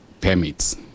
permits